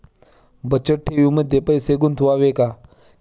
बचत ठेवीमध्ये पैसे गुंतवावे का?